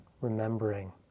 remembering